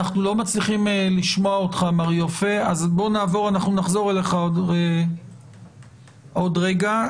נחזור אליך בהמשך.